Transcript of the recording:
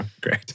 Great